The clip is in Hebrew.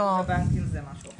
--- הבנקים זה משהו אחר.